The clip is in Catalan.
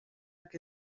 que